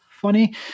Funny